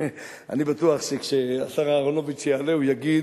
אני בטוח שכשהשר אהרונוביץ יעלה הוא יגיד: